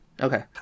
Okay